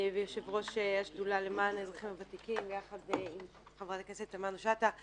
ויושב-ראש השדולה למען האזרחים הוותיקים ביחד עם חברת הכנסת תמנו שאטה.